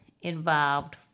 involved